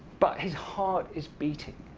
but his heart is beating.